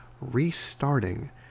restarting